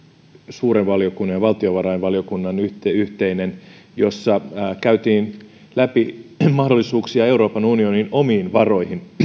suuren valiokunnan ja valtiovarainvaliokunnan yhteinen kuuleminen jossa käytiin läpi mahdollisuuksia euroopan unionin omiin varoihin